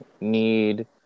need